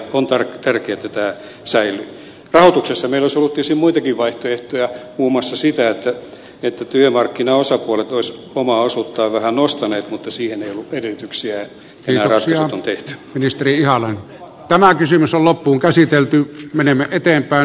rahoituksessa meillä olisi ollut tietysti muitakin vaihtoehtoja muun muassa se että työmarkkinaosapuolet olisivat omaa osuuttaan vähän nostaneet mutta siihen ei ollut edellytyksiä ja nämä ratkaisut on tehty